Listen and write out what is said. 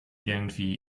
irgendwie